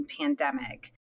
pandemic